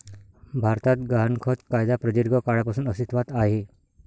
भारतात गहाणखत कायदा प्रदीर्घ काळापासून अस्तित्वात आहे